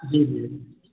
जी जी